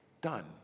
done